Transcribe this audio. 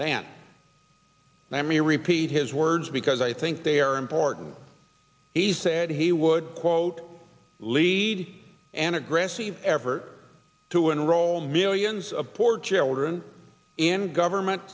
me repeat his words because i think they are important he said he would quote lead an aggressive effort to enroll millions of poor children in government